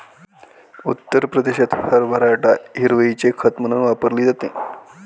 उत्तर प्रदेशात हरभरा डाळ हिरवळीचे खत म्हणून वापरली जाते